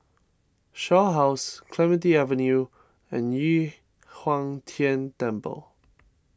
Shaw House Clementi Avenue and Yu Huang Tian Temple